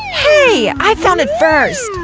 hey, i found it first!